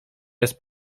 jest